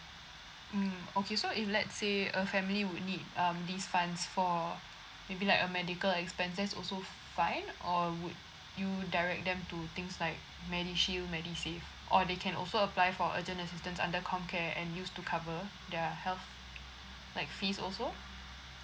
mm okay so if let's say a family would need um these funds for maybe like a medical expenses also fine or would you direct them to things like medishield medisave or they can also apply for urgent assistance under com care and use to cover their health like fees also